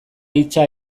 hitsa